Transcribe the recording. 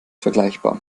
vergleichbar